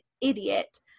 idiot